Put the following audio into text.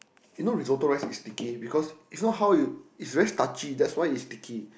you know Risotto rice is sticky because is not how you is very starchy that's why is sticky